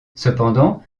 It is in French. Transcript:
cependant